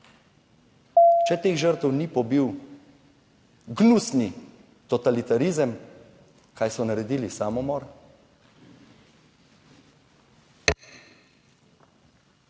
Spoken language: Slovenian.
Če teh žrtev ni pobil gnusni totalitarizem, kaj so naredili? Samomor.